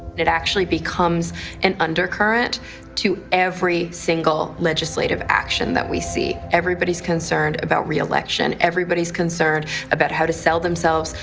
it actually becomes an undercurrent to every single legislative action that we see. everybody's concerned about re-election everybody's concerned about how to sell themselves,